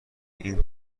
این